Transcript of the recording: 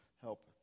help